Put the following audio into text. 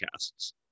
Podcasts